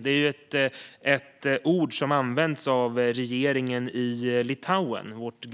Det är ett ord som används av regeringen i vårt